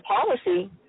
policy